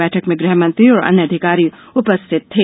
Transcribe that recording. बैठक में गृहमंत्री और अन्य अधिकारी उपस्थित थे